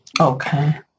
Okay